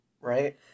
right